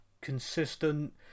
consistent